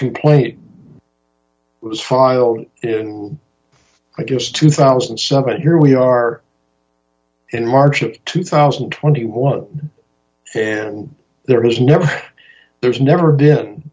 complaint was filed by just two thousand somebody here we are in march of two thousand and twenty one and there is never there's never been